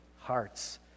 hearts